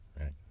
Right